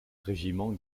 régiments